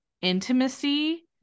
intimacy